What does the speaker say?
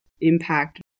impact